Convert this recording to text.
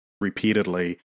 repeatedly